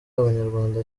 abanyarwanda